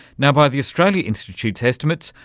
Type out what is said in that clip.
now, by the australia institute's estimates,